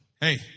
hey